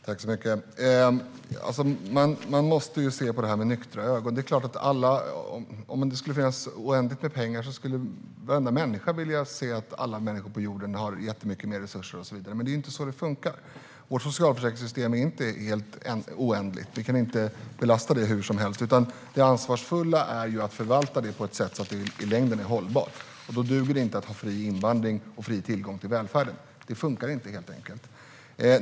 Herr talman! Man måste ju se på detta med nyktra ögon. Om det fanns oändligt med pengar skulle varenda människa vilja se att alla människor på jorden hade jättemycket mer resurser och så vidare, men det är inte så det funkar. Vårt socialförsäkringssystem är inte helt oändligt, och vi kan inte belasta det hur som helst. Det ansvarsfulla är i stället att förvalta det på ett sätt som är hållbart i längden, och då duger det inte att ha fri invandring och fri tillgång till välfärden. Det funkar helt enkelt inte.